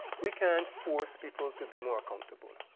we can't force people to be more accountable.